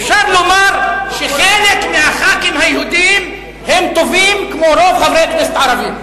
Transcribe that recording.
אפשר לומר שחלק מהח"כים היהודים הם טובים כמו רוב חברי הכנסת הערבים.